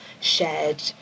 shared